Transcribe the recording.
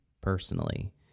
personally